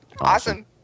Awesome